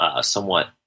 somewhat